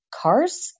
cars